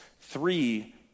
three